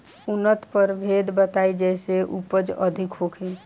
उन्नत प्रभेद बताई जेसे उपज अधिक होखे?